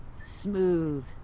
Smooth